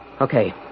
Okay